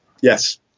Yes